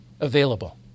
available